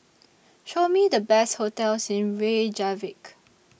Show Me The Best hotels in Reykjavik